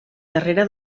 darrere